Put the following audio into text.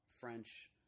French